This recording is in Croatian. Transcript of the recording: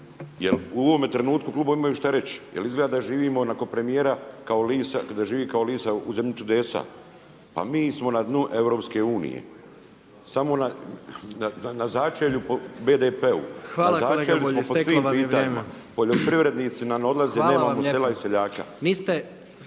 u ovome trenutku klubovi imaju šta reći. Jer izgleda da živimo nakon premjera, da živi kao Lisa u zemlji čudesa. Pa mi smo na dnu EU. Samo na začelju po BDP-u, na začelju smo po svim pitanjima, poljoprivrednici nam odlaze, nema …/Upadica Predsjednik: Hvala vam